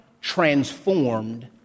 transformed